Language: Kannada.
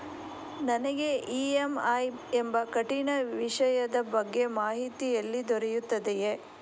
ನನಗೆ ಇ.ಎಂ.ಐ ಎಂಬ ಕಠಿಣ ವಿಷಯದ ಬಗ್ಗೆ ಮಾಹಿತಿ ಎಲ್ಲಿ ದೊರೆಯುತ್ತದೆಯೇ?